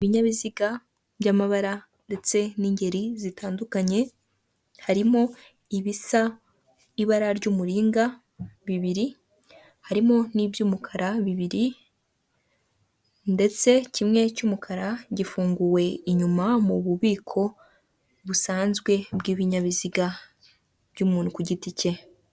Ibinyabiziga by'amabara ndetse n'ingeri zitandukanye, harimo ibisa ibara ry'umuringa bibiri harimo n'iby'umukara bibiri, ndetse kimwe cy'umukara gifunguwe inyuma mu bubiko busanzwe bw'ibinyabiziga by'umuntu ku giti cye.